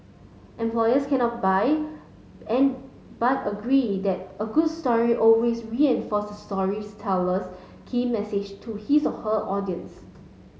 employers cannot buy and but agree that a good story always reinforces the key message to his or her audience